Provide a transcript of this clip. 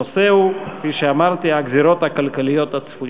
הנושא הוא, כפי שאמרתי, הגזירות הכלכליות הצפויות.